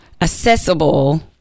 accessible